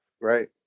Right